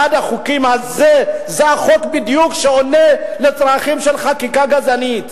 אחד מהחוקים האלה זה החוק שבדיוק עונה לצרכים של חקיקה גזענית.